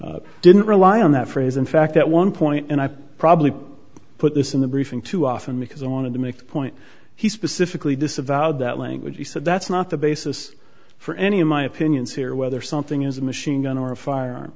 here didn't rely on that phrase in fact at one point and i probably put this in the briefing too often because i wanted to make the point he specifically disavowed that language he said that's not the basis for any of my opinions here whether something is a machine gun or a fire